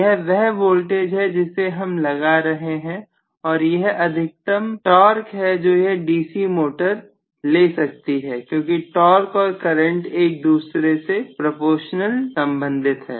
यह वह वोल्टेज है जिसे हम लगा रहे हैं और यह अधिकतम करें है जो यह डीसी मोटर ले सकती है क्योंकि टॉर्क और करंट एक दूसरे से प्रपोजनली संबंधित है